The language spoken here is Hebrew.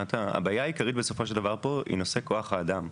הבעיה העיקרית בסופו של דבר פה היא נושא כוח האדם.